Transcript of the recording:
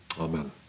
Amen